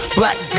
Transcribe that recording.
black